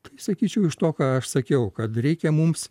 tai sakyčiau iš to ką aš sakiau kad reikia mums